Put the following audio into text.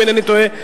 אם אינני טועה,